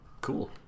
Cool